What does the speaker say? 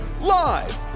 live